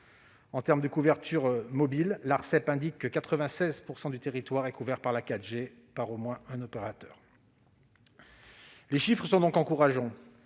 fibrés d'ici à quatre ans. L'Arcep indique que 96 % du territoire est couvert par la 4G par au moins un opérateur. Les chiffres sont donc encourageants.